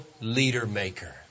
leader-maker